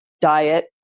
diet